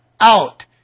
out